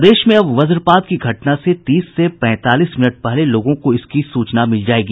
प्रदेश में अब वजपात की घटना से तीस से पैंतालीस मिनट पहले लोगों को इकसी सूचना मिल जायेगी